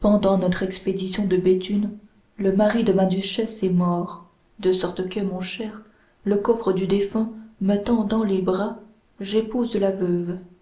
pendant notre expédition de béthune le mari de ma duchesse est mort de sorte que mon cher le coffre du défunt me tendant les bras j'épouse la veuve